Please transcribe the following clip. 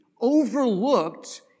overlooked